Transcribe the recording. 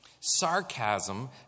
Sarcasm